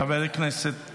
חבר הכנסת